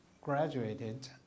graduated